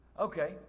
Okay